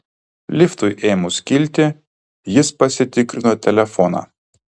liftui ėmus kilti jis pasitikrino telefoną